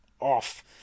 off